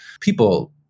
People